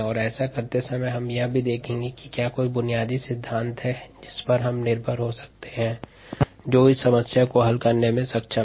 और ऐसा करते समय हम यह भी देखेंगें कि क्या कोईमूलभूत सिद्धांत हैं जिन पर हम निर्भर हो सकते हैं जो इस समस्या को हल करने में सक्षम हैं